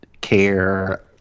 care